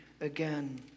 again